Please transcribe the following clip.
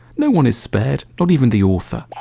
no one is spared, not even the author.